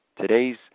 today's